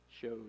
shows